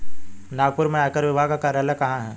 नागपुर में आयकर विभाग का कार्यालय कहाँ है?